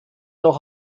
noch